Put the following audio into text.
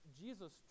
Jesus